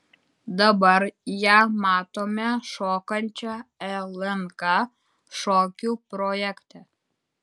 dabar ją matome šokančią lnk šokių projekte